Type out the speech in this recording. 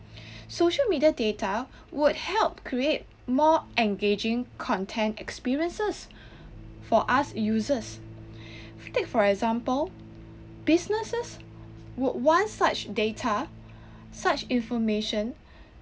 social media data would help create more engaging content experiences for us users take for example businesses wer~ want such data such information